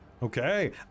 Okay